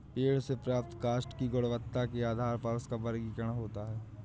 पेड़ से प्राप्त काष्ठ की गुणवत्ता के आधार पर उसका वर्गीकरण होता है